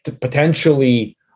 potentially